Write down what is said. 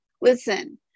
Listen